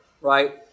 right